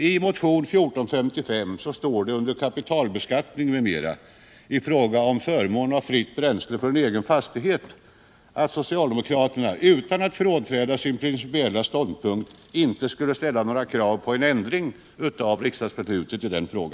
I motion 1455 står under rubriken ”Kapitalbeskattningen m.m.” i fråga om förmån av fritt bränsle från egen fastighet, att socialdemokraterna utan att frånträda sin principiella ståndpunkt inte skulle ställa några krav på ändring av riksdagsbeslutet.